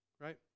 Right